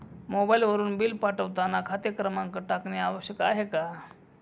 मोबाईलवरून बिल पाठवताना खाते क्रमांक टाकणे आवश्यक आहे का?